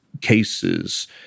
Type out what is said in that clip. cases